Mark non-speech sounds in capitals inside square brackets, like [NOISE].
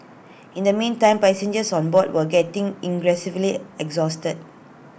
in the meantime passengers on board were getting ingressive [UNINTELLIGIBLE] exhausted